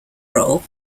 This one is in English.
role